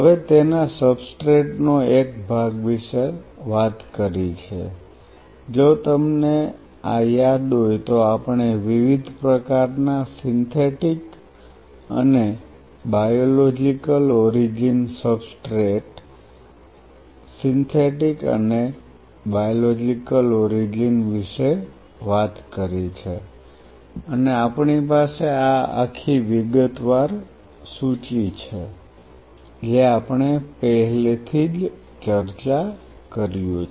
હવે તેના સબસ્ટ્રેટ નો એક ભાગ વિશે વાત કરી છે જો તમને આ યાદ હોય તો આપણે વિવિધ પ્રકારના સિન્થેટિક અને બાયોલોજિકલ ઓરિજિન સબસ્ટ્રેટ સિન્થેટિક અને બાયોલોજિકલ ઓરિજિન વિશે વાત કરી છે અને આપણી પાસે આ આખી વિગતવાર સૂચિ છે જે આપણે પહેલેથી જ ચર્ચા કર્યું છે